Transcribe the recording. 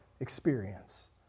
experience